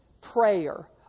prayer